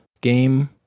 game